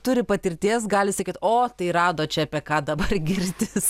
turi patirties gali sakyt o tai rado čia apie ką dabar girtis